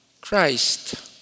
Christ